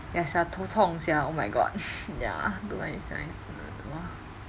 ya sia 头痛 sia oh my god ya to run like !wah!